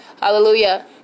Hallelujah